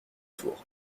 tour